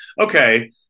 okay